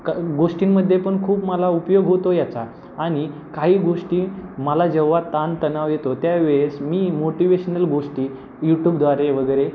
क गोष्टींमध्ये पण खूप मला उपयोग होतो याचा आणि काही गोष्टी मला जेव्हा ताणतणाव येतो त्यावेळेस मी मोटिवेशनल गोष्टी यूटूबद्वारे वगैरे